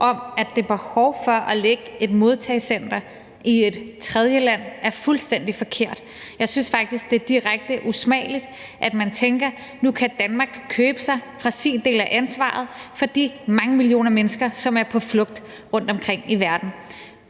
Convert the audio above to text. om, at der er behov for at lægge et modtagecenter i et tredjeland, er fuldstændig forkert. Jeg synes faktisk, det er direkte usmageligt, at man tænker, at nu kan Danmark købe sig fra sin del af ansvaret for de mange millioner mennesker, som er på flugt rundtomkring i verden,